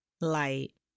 light